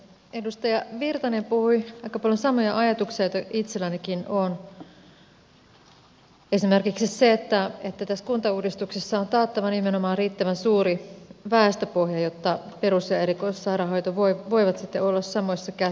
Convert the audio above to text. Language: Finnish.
edustaja erkki virtanen puhui aika paljon samoa ajatuksia joita itsellänikin on esimerkiksi se että tässä kuntauudistuksessa on taattava nimenomaan riittävän suuri väestöpohja jotta perus ja erikoissairaanhoito voivat sitten olla samoissa käsissä